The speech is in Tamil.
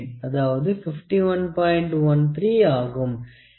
13 ஆகும்